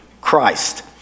Christ